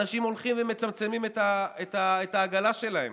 אנשים הולכים ומצמצמים את העגלה שלהם,